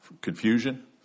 confusion